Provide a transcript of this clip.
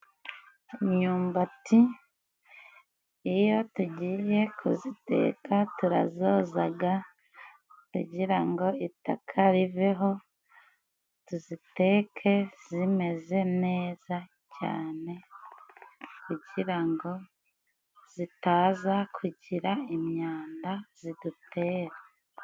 Imyumbati iyo tugiye kuziteka turazozaga kugira ngo itaka riveho, tuziteke zimeze neza cyane kugira ngo zitaza kugira imyanda zidutera.